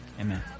Amen